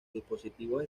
dispositivos